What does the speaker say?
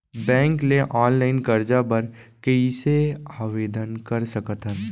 Bank ले online करजा बर कइसे आवेदन कर सकथन?